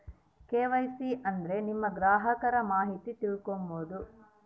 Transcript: KYC ಅಂದ್ರೆ ನಿಮ್ಮ ಗ್ರಾಹಕರ ಮಾಹಿತಿ ತಿಳ್ಕೊಮ್ಬೋದು